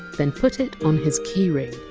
then put it on his key ring.